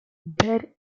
bear